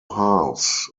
halves